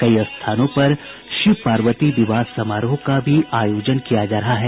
कई स्थानों पर शिव पार्वती विवाह समारोह का भी आयोजन किया जा रहा है